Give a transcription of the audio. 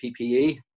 PPE